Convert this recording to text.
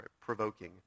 provoking